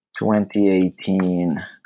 2018